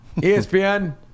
ESPN